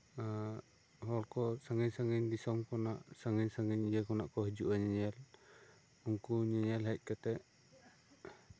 ᱮᱜ ᱦᱚᱲᱠᱚ ᱥᱟ ᱜᱤᱧ ᱥᱟ ᱜᱤᱧ ᱫᱤᱥᱚᱢ ᱠᱷᱚᱱᱟᱜ ᱥᱟ ᱜᱤᱧ ᱥᱟ ᱜᱤᱧ ᱤᱭᱟᱹ ᱠᱷᱚᱱᱟᱜ ᱠᱚ ᱦᱤᱡᱩᱜᱼᱟ ᱧᱮᱧᱮᱞ ᱩᱱᱠᱩ ᱧᱮᱧᱮᱞ ᱦᱮᱡ ᱠᱟᱛᱮᱜ